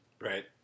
Right